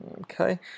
okay